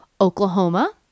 Oklahoma